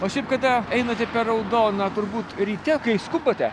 o šiaip kada einate per raudoną turbūt ryte kai skubate